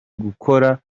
gukora